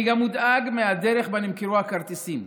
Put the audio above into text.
אני גם מודאג מהדרך שבה נמכרו הכרטיסים.